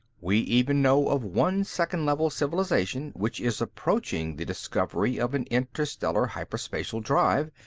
we even know of one second level civilization which is approaching the discovery of an interstellar hyperspatial drive,